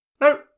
No